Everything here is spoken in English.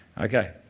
Okay